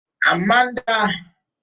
Amanda